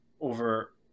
over